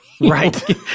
Right